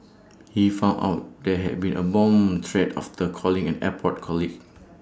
he found out there had been A bomb threat after calling an airport colleague